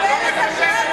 רק רגע.